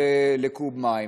לקוב מים.